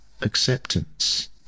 acceptance